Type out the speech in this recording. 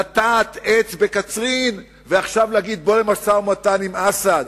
לטעת עץ בקצרין ועכשיו להגיד: בואו למשא-ומתן עם אסד.